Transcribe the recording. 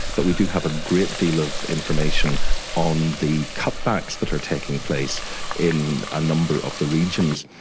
but we do have a great deal of information on the cutbacks that are taking place in a number of the regions.